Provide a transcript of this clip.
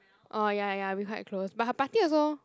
oh ya ya we quite close but her party also